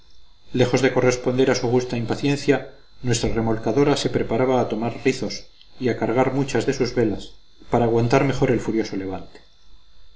lejos de corresponder a su justa impaciencia nuestra remolcadora se preparaba a tomar rizos y a cargar muchas de sus velas para aguantar mejor el furioso levante